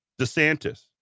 DeSantis